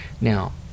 Now